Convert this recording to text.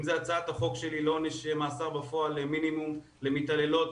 אם זה בהצעת החוק שלי לעונש מאסר בפועל מינימום למתעללות,